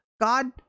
God